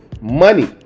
money